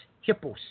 hippos